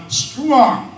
strong